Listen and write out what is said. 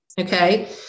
Okay